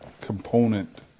component